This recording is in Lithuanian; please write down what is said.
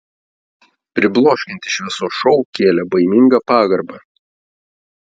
pribloškiantis šviesos šou kėlė baimingą pagarbą